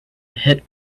hit